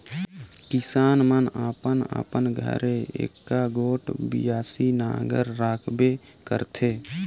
किसान मन अपन अपन घरे एकक गोट बियासी नांगर राखबे करथे